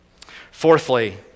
Fourthly